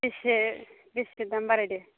बेसे बेसे दाम बारायदो